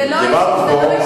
זה לא אישי.